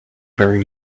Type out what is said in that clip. very